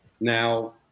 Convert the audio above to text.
Now